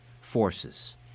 forces